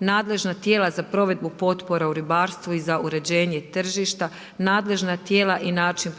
nadležna tijela za provedbu potpora u ribarstvu i za uređenje tržišta, nadležna tijela i način